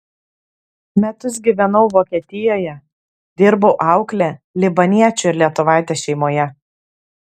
metus gyvenau vokietijoje dirbau aukle libaniečio ir lietuvaitės šeimoje